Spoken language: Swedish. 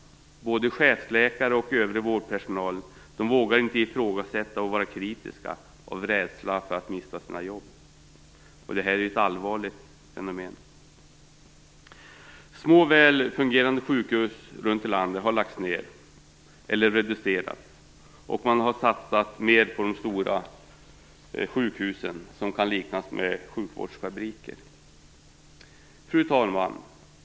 Både chefsläkare och övrig vårdpersonal har tystnat. De vågar inte ifrågasätta och vara kritiska av rädsla för att mista sina jobb. Detta är ett allvarligt fenomen. Små, väl fungerande sjukhus runt om i landet har lagts ned eller reducerats, och man har satsat mer på de stora sjukhusen, som kan liknas vid sjukvårdsfabriker. Fru talman!